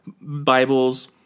Bibles